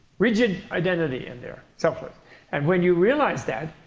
rigid identity in there. so and when you realize that,